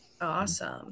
Awesome